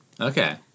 Okay